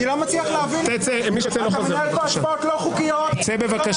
בעקבות דוח מבקר המדינה לגבי מינויים פוליטיים שניתנה בזמנו,